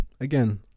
again